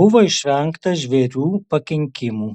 buvo išvengta žvėrių pakenkimų